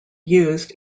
used